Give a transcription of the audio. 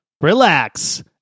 relax